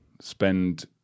spend